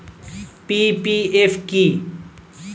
PPF কি?